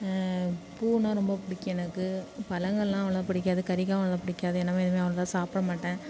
பூன்னால் ரொம்ப பிடிக்கும் எனக்கு பழங்கள்லாம் அவ்வளவா பிடிக்காது கறிகாய் அவ்வளதா பிடிக்காது ஏன்னா எதுவுமே அவ்வளதா சாப்பிடமாட்டேன்